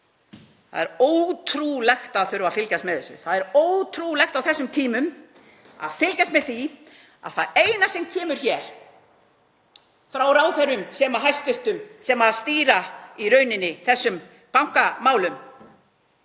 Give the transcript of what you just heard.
Það er ótrúlegt að þurfa að fylgjast með þessu. Það er ótrúlegt á þessum tímum að fylgjast með því að það eina sem kemur hér frá hæstv. ráðherrum sem stýra í rauninni þessum bankamálum,